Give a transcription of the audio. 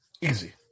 Easy